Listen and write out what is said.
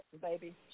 baby